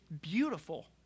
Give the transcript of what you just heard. beautiful